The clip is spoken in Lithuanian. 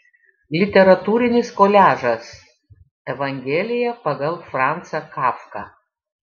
literatūrinis koliažas evangelija pagal francą kafką